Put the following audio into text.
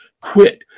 quit